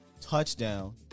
touchdown